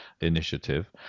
initiative